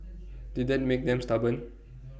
did that make them stubborn